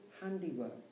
handiwork